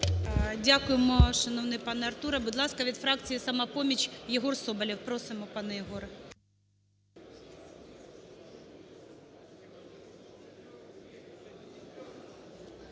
Дякуємо, шановний пане Артуре. Будь ласка, від фракції "Самопоміч" Єгор Соболєв. Просимо, пане Єгоре.